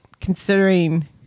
considering